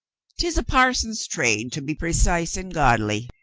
tis a parson's trade to be precise and godly,